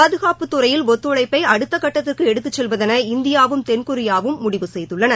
பாதுகாப்புத் துறையில் ஒத்துழைப்பை அடுத்த கட்டத்திற்கு எடுத்துச் செல்வதென இந்தியாவும் தென்கொரியாவும் முடிவு செய்துள்ளது